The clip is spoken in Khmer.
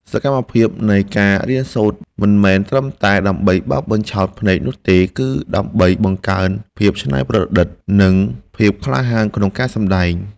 សកម្មភាពនៃការរៀនសូត្រមិនមែនត្រឹមតែដើម្បីបោកបញ្ឆោតភ្នែកនោះទេ គឺ ដើម្បីបង្កើនភាពច្នៃប្រឌិត និង ភាពក្លាហានក្នុងការសម្តែង។